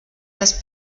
las